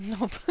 Nope